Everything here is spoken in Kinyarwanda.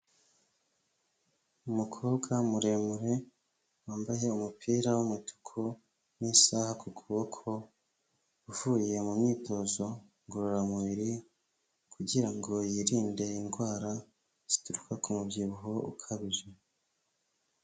Umukobwa muremure wambaye umupira w'umutuku n'isaha ku kuboko, uvuye mu myitozo ngororamubiri kugira ngo yirinde indwara zituruka ku mubyibuho ukabije.